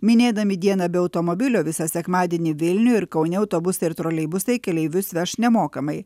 minėdami diena be automobilio visą sekmadienį vilniuj ir kaune autobusai ir troleibusai keleivius veš nemokamai